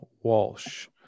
Walsh